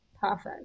perfect